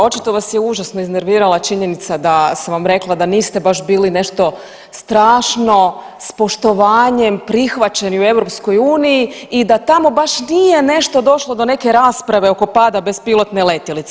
Očito vas je užasno iznervirala činjenica da sam vam rekla da niste baš bili nešto strašno s poštovanjem prihvaćeni u EU i da tamo baš nije nešto došlo do neke rasprave oko pada bespilotne letjelice.